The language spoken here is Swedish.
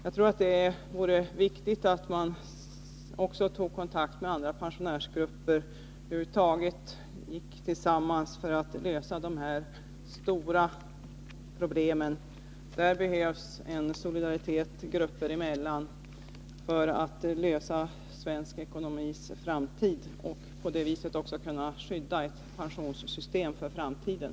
Jag tror att det är viktigt att man tar kontakt också med andra pensionärsgrupper och att man över huvud taget går samman för att lösa dessa stora problem. Här behövs en solidaritet grupper emellan för att förbättra svensk ekonomis framtid och på det viset också skydda pensionssystemet för framtiden.